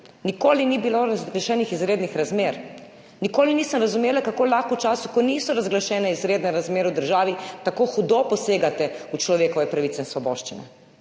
nikoli ni bilo razglašenih izrednih razmer. Nikoli nisem razumela, kako lahko v času, ko niso razglašene izredne razmere v državi, tako hudo posegate v človekove pravice in svoboščine.